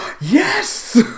yes